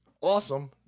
awesome